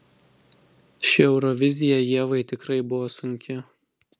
ši eurovizija ievai tikrai buvo sunki